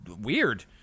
weird